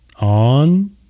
on